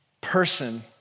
person